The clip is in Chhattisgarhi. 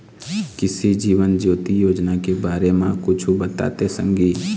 कृसि जीवन ज्योति योजना के बारे म कुछु बताते संगी